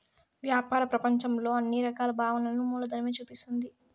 వ్యాపార ప్రపంచంలో అన్ని రకాల భావనలను మూలధనమే చూపిస్తుంది